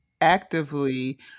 actively